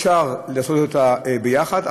אפשר לעשות אותה יחד,